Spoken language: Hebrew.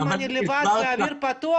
אם אני לבד באוויר הפתוח,